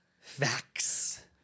facts